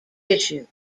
tissue